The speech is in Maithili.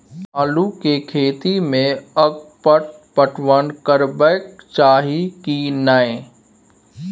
आलू के खेती में अगपाट पटवन करबैक चाही की नय?